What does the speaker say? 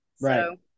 Right